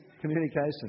communication